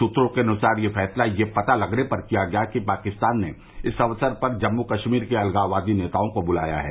सूत्रों के अनुसार यह फैसला यह पता लगने पर किया गया है कि पाकिस्तान ने इस अवसर पर जम्मू कश्मीर के अलगाववादी नेताओं को बुलाया है